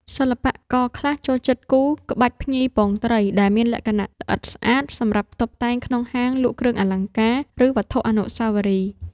សិល្បករខ្លះចូលចិត្តគូរ ក្បាច់ភ្ញីពងត្រី ដែលមានលក្ខណៈល្អិតស្អាត សម្រាប់តុបតែងក្នុងហាងលក់គ្រឿងអលង្ការ ឬវត្ថុអនុស្សាវរីយ៍។